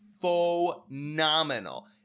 phenomenal